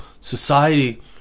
society